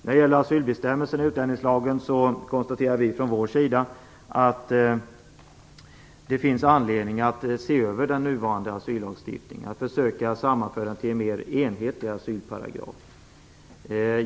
När det gäller asylbestämmelserna i utlänningslagen anser vi att det finns anledning att se över den nuvarande asyllagstiftningen, att försöka att sammanföra denna till en mer enhetlig asylparagraf.